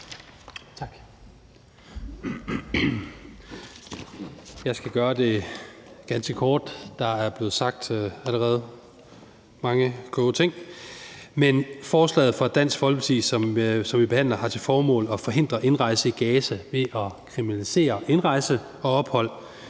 Jeg skal gøre det ganske kort; der er allerede blevet sagt mange gode ting. Forslaget fra Dansk Folkeparti, som vi behandler her, har til formål at forhindre indrejse i Gaza ved at kriminalisere indrejse og ophold